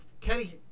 Kenny